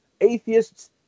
atheists